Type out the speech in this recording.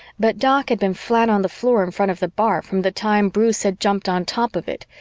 but doc had been flat on the floor in front of the bar from the time bruce had jumped on top of it,